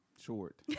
short